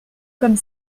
comme